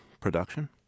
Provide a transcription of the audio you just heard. production